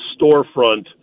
storefront